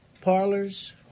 parlors